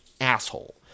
asshole